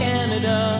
Canada